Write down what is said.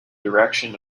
direction